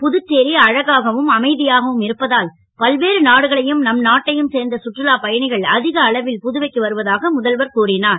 புதுச்சேரி அழகாகவும் அமை யாகவும் இருப்பதால் பல்வேறு நாடுகளையும் நம் நாட்டையும் சேர்ந்த சுற்றுலாப் பயணிகள் அ க அளவில் புதுவைக்கு வருவதாக முதல்வர் கூறினார்